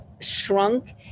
shrunk